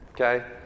Okay